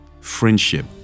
friendship